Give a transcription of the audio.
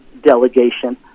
delegation